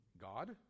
God